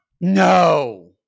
No